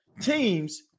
teams